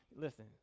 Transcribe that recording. listen